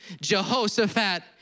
Jehoshaphat